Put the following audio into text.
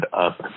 up